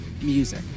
music